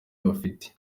bafite